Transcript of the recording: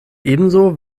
ebenso